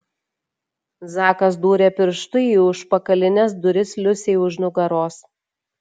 zakas dūrė pirštu į užpakalines duris liusei už nugaros